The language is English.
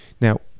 Now